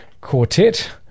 quartet